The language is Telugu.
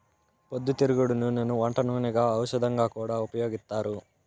పొద్దుతిరుగుడు నూనెను వంట నూనెగా, ఔషధంగా కూడా ఉపయోగిత్తారు